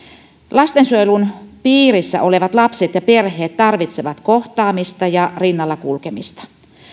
lastensuojelun piirissä olevat lapset ja perheet tarvitsevat kohtaamista ja rinnalla kulkemista